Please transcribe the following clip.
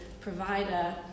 provider